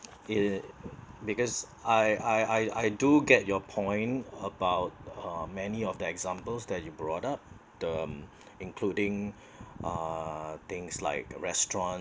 it because I I I I do get your point about uh many of the examples that you brought up them including uh things like restaurants